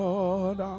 Lord